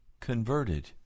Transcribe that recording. converted